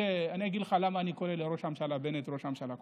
אני אגיד לך למה אני כל הזמן קורא לראש הממשלה בנט "ראש הממשלה",